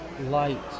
light